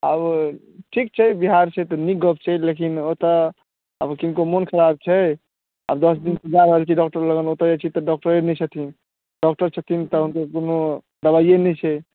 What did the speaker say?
आब ठीक छै बिहार छै तऽ नीक गप्प छै लेकिन ओतय आब किनको मन खराब छै आ दस दिनसँ जा रहल छी डॉक्टर लग तऽ डॉक्टरे नहि छथिन डॉक्टर छथिन तऽ अहाँकेँ कोनो दवाइए नहि छै